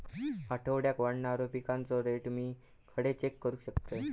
आठवड्याक वाढणारो पिकांचो रेट मी खडे चेक करू शकतय?